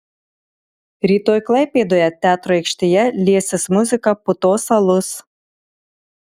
rytoj klaipėdoje teatro aikštėje liesis muzika putos alus